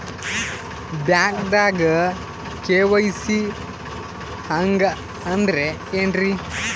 ಬ್ಯಾಂಕ್ದಾಗ ಕೆ.ವೈ.ಸಿ ಹಂಗ್ ಅಂದ್ರೆ ಏನ್ರೀ?